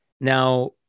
Now